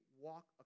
walk